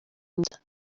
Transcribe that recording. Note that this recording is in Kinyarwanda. inda